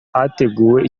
hateguwe